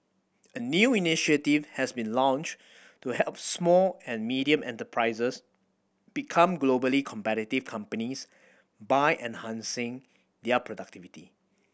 a new initiative has been launched to help small and medium enterprises become globally competitive companies by enhancing their productivity